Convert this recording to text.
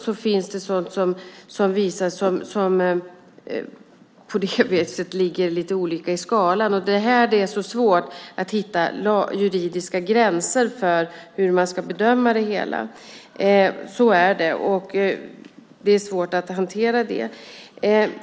Sådant som visas ligger ibland olika på skalan. Det är svårt att hitta juridiska gränser för hur man ska bedöma det. Så är det, och det är svårt att hantera det.